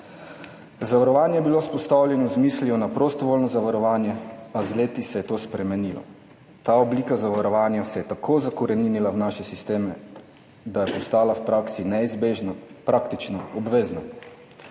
Zavarovanje je bilo vzpostavljeno z mislijo na prostovoljno zavarovanje, a z leti se je to spremenilo. Ta oblika zavarovanja se je tako zakoreninila v naše sisteme, da je postala v praksi neizbežna, praktično obvezna.